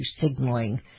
signaling